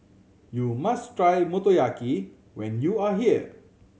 you must try Motoyaki when you are here